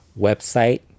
website